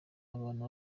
abantu